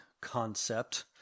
concept